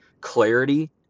clarity